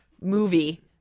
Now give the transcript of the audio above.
movie